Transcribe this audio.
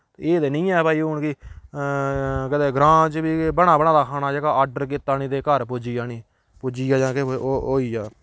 एह् ते निं ऐ भाई हून कि कदें ग्रांऽ च बी बना बनाए दा खाना जेह्का आर्डर कीता नि ते घर पुज्जी जानी पुज्जी जा जां के ओह् ओह् होई जा